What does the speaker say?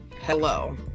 Hello